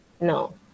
No